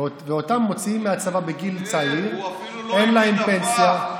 ואותם מוציאים מהצבא בגיל צעיר, אין להם פנסיה.